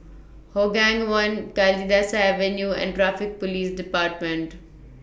Hougang one Kalidasa Avenue and Traffic Police department